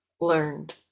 learned